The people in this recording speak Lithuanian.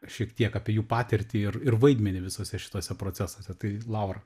šiek tiek apie jų patirtį ir ir vaidmenį visuose šituose procesuose tai laurą